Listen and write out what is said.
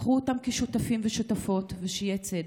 קחו אותם כשותפים ושותפות, ושיהיה צדק.